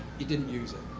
he didn't use it.